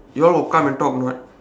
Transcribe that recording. you all got come and talk or not